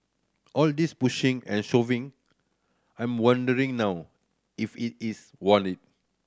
all this pushing and shoving I'm wondering now if it is worth it